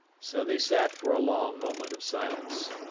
so they sat for a long moment of silence.